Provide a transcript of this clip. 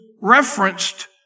referenced